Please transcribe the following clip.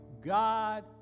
God